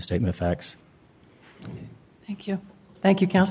statement facts thank you thank you coun